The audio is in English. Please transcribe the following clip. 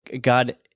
God